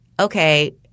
okay